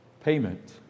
payment